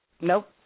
nope